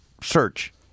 search